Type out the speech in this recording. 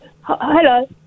Hello